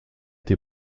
été